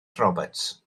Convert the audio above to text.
roberts